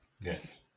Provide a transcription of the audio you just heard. yes